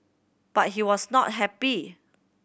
but he was not happy